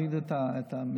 הורידו את המספרים.